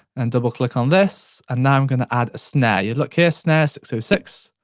and double click on this and now i'm going to add a snare. yeah look here snare six so six